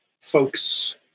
folks